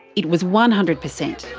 it was one hundred percent.